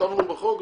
כתבנו בחוק,